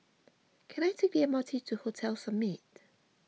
can I take the M R T to Hotel Summit